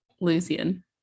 Lucian